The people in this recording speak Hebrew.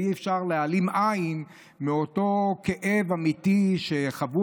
אי-אפשר להעלים עין מאותו כאב אמיתי שחוו